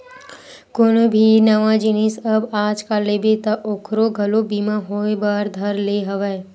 कोनो भी नवा जिनिस जब आजकल लेबे ता ओखरो घलो बीमा होय बर धर ले हवय